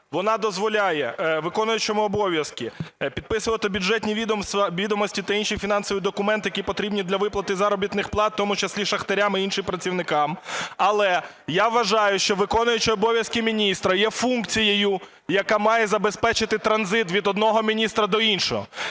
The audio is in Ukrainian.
вона дозволяє виконуючому обов'язки підписувати бюджетні відомості та інші фінансові документи, які потрібні для виплати заробітних плат в тому числі шахтарям і іншим працівникам. Але я вважаю, що виконуючий обов'язки міністра є функцією, яка має забезпечити транзит від одного міністра до іншого.